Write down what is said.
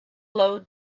load